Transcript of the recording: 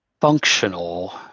functional